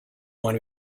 wound